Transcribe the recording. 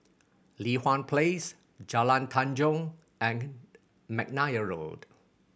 Li Hwan Place Jalan Tanjong and McNair Road